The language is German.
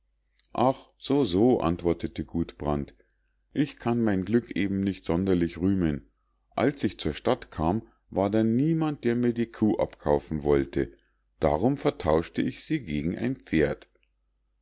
ach so so antwortete gudbrand ich kann mein glück eben nicht sonderlich rühmen als ich zur stadt kam war da niemand der mir die kuh abkaufen wollte darum vertauschte ich sie gegen ein pferd